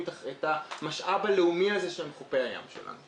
את המשאב הלאומי הזה שהם חופי הים שלנו.